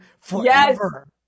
forever